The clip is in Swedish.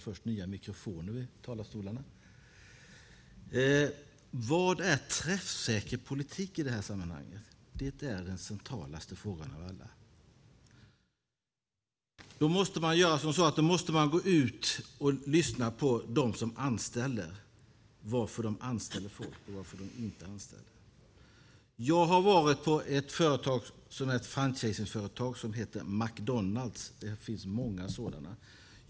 Fru talman! Vad är träffsäker politik i det här sammanhanget? Det är den mest centrala frågan av alla. Man måste gå ut och lyssna på dem som anställer och fråga varför de anställer folk och varför de inte anställer folk. Jag har varit på ett franchiseföretag som heter McDonalds. Det finns många sådana.